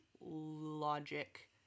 logic